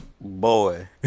Boy